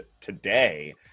today